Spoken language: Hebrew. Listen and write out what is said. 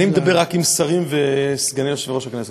מדבר רק עם שרים וסגני יושב-ראש הכנסת.